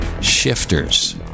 shifters